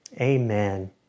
Amen